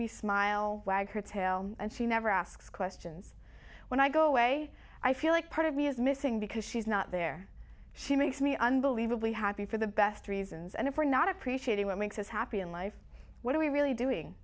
me smile wags her tail and she never asks questions when i go away i feel like part of me is missing because she's not there she makes me unbelievably happy for the best reasons and if we're not appreciating what makes us happy in life what are we really doing